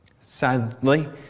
Sadly